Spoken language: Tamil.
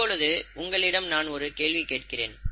இப்பொழுது உங்களிடம் நான் ஒரு கேள்வி கேட்கிறேன்